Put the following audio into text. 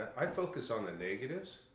i focus on the negatives.